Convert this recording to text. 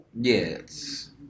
yes